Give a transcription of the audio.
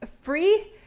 free